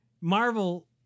Marvel